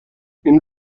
این